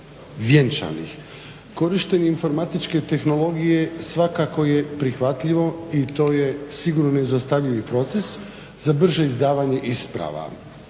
vjenčanih. Korištenje informatičke tehnologije svakako je prihvatljivo i to je sigurno neizostavni proces za brže izdavanje isprava